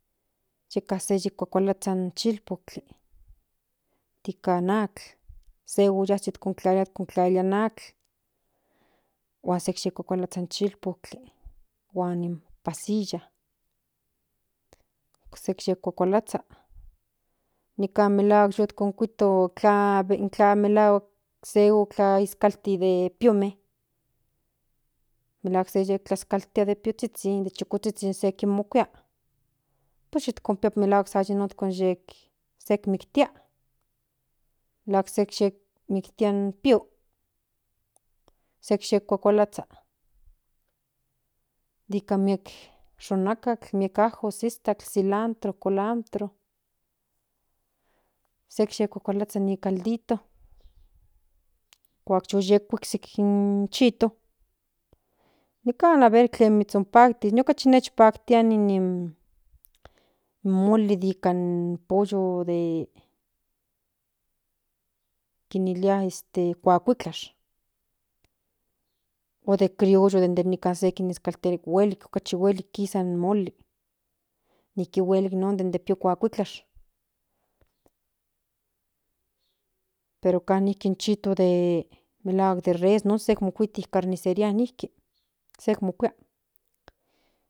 Yeka se yikuakalazhan in chilpotli yeka in atl se ollatsin kontlalia in atl huan se kuakalakattl in chilpotl huan pzilla se yi kuakalakatl niikan melahuak yu konkuito intla melahuak yu konkuito tla melahuak se untla iskalti de piome melahuak se yiskaltia de piozhizhin den zhukuzhizhin se yi kimokuia pues yikipia melahuak san yi non kon yek se miktia melahuak se yek miktia in pio se yikuakalazha nika miek xonakatl miek ajos iztakl cilantro colantro se yikuakalazha ni caldito kuak yu huiksik in chito nikan aver tlen nichonpajti ine kachi nijpaktia nin nin in moli nika in pollo de kinili este kuakliklash o de crioyo nikan se se nizkalteka huelik okachi huelik kisa in moli nijki huelik non den de pio kuakliklahs pero nijki in chito de melahuak de res non se mokuiti in carniceria nijki se mokuia.